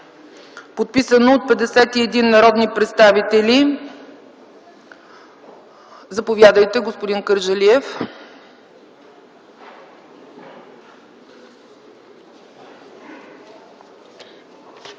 подписан от 51 народни представители – заповядайте, господин Кърджалиев.